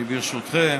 ברשותכם,